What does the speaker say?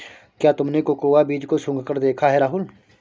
क्या तुमने कोकोआ बीज को सुंघकर देखा है राहुल?